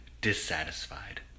dissatisfied